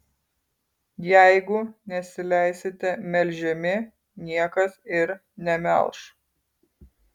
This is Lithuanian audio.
jeigu nesileisite melžiami niekas ir nemelš